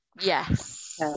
yes